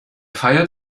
feiert